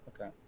okay